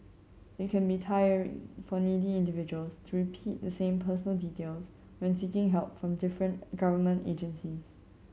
it can be tiring for needy individuals to repeat the same personal details when seeking help from different government agencies